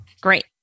great